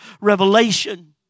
revelation